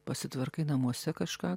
pasitvarkai namuose kažką